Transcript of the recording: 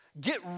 get